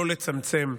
לא לצמצם,